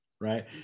right